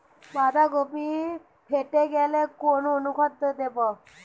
বাঁধাকপি ফেটে গেলে কোন অনুখাদ্য দেবো?